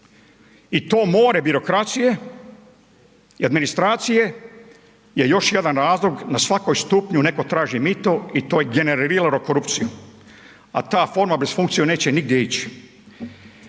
I to more birokracije i administracije je još jedan razlog na svakom stupnju netko traži mito .../Govornik se ne razumije./..., a ta forma bez funkcije neće nigdje ići.